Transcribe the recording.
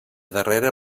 darrera